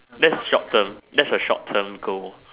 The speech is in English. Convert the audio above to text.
that's short term that's a short term goal